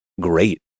great